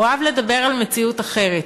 הוא אהב לדבר על מציאות אחרת,